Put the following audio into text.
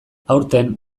aurten